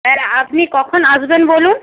sir আপনি কখন আসবেন বলুন